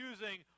using